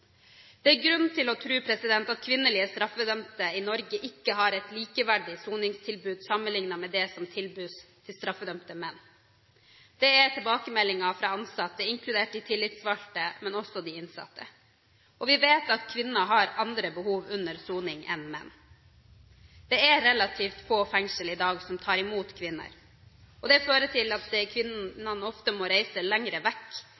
Det er grunn til å tro at kvinnelige straffedømte i Norge ikke har et likeverdig soningstilbud som det som tilbys straffedømte menn. Det er tilbakemeldingen fra ansatte, inkludert de tillitsvalgte, men også de innsatte. Vi vet at kvinner har andre behov under soning enn menn. Det er relativt få fengsler i dag som tar imot kvinner. Det fører til at kvinnene ofte må reise lenger vekk